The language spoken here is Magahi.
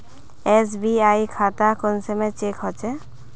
एस.बी.आई खाता कुंसम चेक होचे?